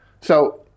So-